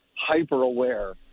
hyper-aware